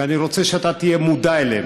ואני רוצה שאתה תהיה מודע אליהן: